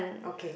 okay